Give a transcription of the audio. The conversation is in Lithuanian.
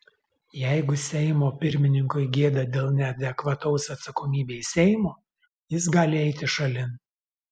jeigu seimo pirmininkui gėda dėl neadekvataus atsakomybei seimo jis gali eiti šalin